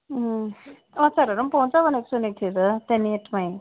अचारहरू पनि पाउँछ भनेको सुनेको थिएँ त त्यहाँ नेटमै